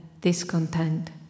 discontent